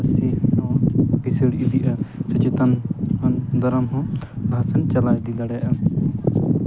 ᱯᱟᱹᱨᱥᱤ ᱠᱤᱥᱟᱹᱲ ᱤᱫᱤᱜᱼᱟ ᱞᱟᱦᱟ ᱥᱮᱱ ᱪᱟᱞᱟᱣ ᱤᱫᱤ ᱫᱟᱲᱮᱭᱟᱜᱼᱟ